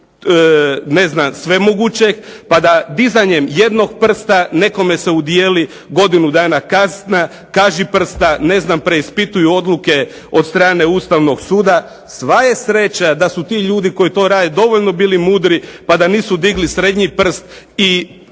ne znam svemogućeg pa da dizanjem jednog prste nekome se udijeli godinu dana kazna kažiprsta, ne znam preispituju odluke od strane Ustavnog suda, sva je sreća da su ti ljudi koji tamo rade dovoljno bili mudri pa da nisu digli srednji prst i